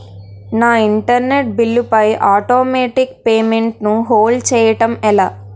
నా internet bill పై automatic payment ను హోల్డ్ చేయటం ఎలా?